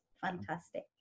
fantastic